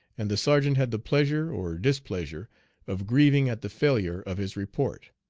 and the sergeant had the pleasure or displeasure of grieving at the failure of his report.